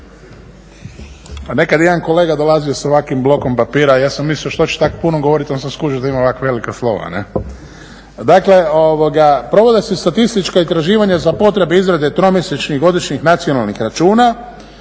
Nekad je jedan kolega dolazio sa ovakvim blokom papira. Ja sam mislio šta će tak puno govoriti, onda sam skužio da ima ovak velika slova. Dakle, provode se statistička istraživanja za potrebe izrade tromjesečnih, godišnjih nacionalnih računa.